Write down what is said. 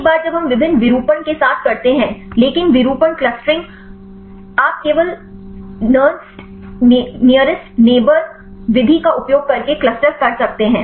एक बार जब हम विभिन्न विरूपण के साथ करते हैं लेकिन विरूपण क्लस्टरिंग आप केवल नेअरेस्ट नेइबोर विधि nearest neighbour method का उपयोग करके क्लस्टर कर सकते हैं